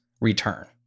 return